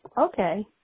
okay